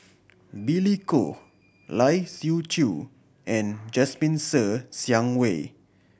Billy Koh Lai Siu Chiu and Jasmine Ser Xiang Wei